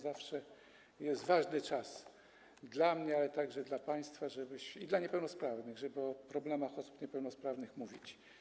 Zawsze jest ważny czas - dla mnie, ale także dla państwa i dla niepełnosprawnych - żeby o problemach osób niepełnosprawnych mówić.